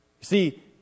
see